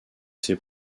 ses